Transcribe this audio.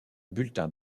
bulletin